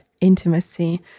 intimacy